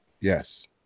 Yes